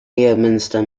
leominster